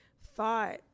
thought